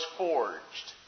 forged